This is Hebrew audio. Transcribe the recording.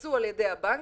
שיקוצצו על ידי הבנקים?